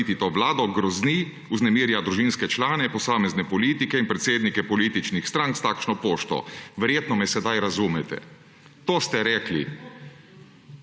vlado, grozi, vznemirja družinske člane, posamezne politike in predsednike političnih strank s takšno pošto. Verjetno me sedaj razumete.« To ste rekli.